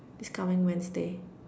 this coming Wednesday